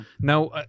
Now